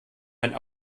mein